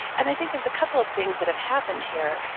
and i think there's a couple of things that have happened here.